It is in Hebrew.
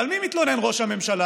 על מי מתלונן ראש הממשלה?